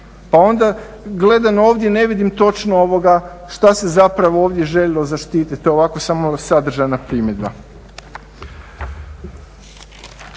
Pa onda gledano ovdje ne vidim točno što se zapravo ovdje željelo zaštiti, ovako samo sadržajna primjedba.